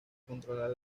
controlar